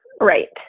right